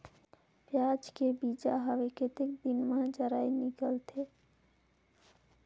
पियाज के बीजा हवे कतेक दिन मे जराई निकलथे?